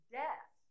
death